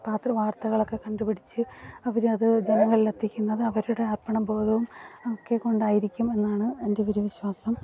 പത്ര വാർത്തകളൊക്കെ കണ്ടുപിടിച്ച് അവരത് ജനങ്ങളിൽ എത്തിക്കുന്നത് അവരുടെ അർപ്പണബോധവും ഒക്കെ കൊണ്ടായിരിക്കും എന്നാണ് എൻ്റെ ഒരു വിശ്വാസം